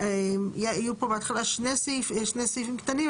היו פה בהתחלה שני סעיפים קטנים,